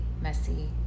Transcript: messy